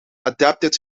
adapted